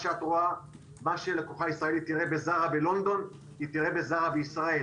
מה שלקוחה ישראלית תראה בזארה בלונדון היא תראה בזארה בישראל,